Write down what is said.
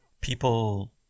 People